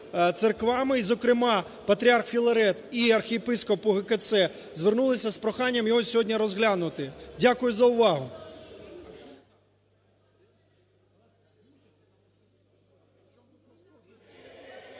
і зокрема Патріарх Філарет і Архієпископ УГКЦ звернулися з прохання його сьогодні розглянути. Дякую за увагу.